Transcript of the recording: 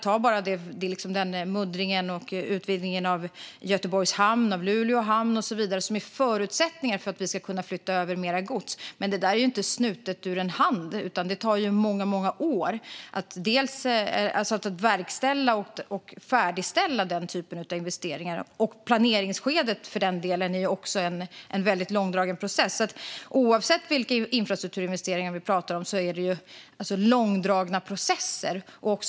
Ta bara muddringen och utvidgningen av Göteborgs hamn och Luleå hamn och så vidare. Det är förutsättningar för att vi ska kunna flytta över mer gods, men det där är inte snutet ur näsan, utan det tar många år att verkställa och färdigställa den typen av investeringar. Planeringsskedet är för den delen också en väldigt långdragen process. Oavsett vilka infrastrukturinvesteringar vi talar om är det långdragna processer.